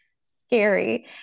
scary